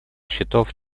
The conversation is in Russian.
счетов